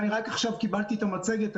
רק עכשיו קיבלתי את המצגת.